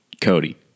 Cody